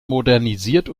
modernisiert